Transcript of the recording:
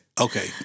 Okay